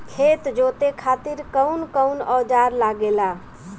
खेत जोते खातीर कउन कउन औजार लागेला?